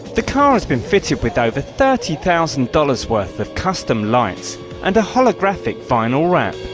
the car has been fitted with over thirty thousand dollars worth of custom lights and a holographic vinyl wrap.